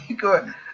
good